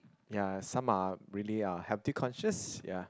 ya some are really are healthy conscious ya